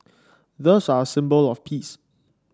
doves are a symbol of peace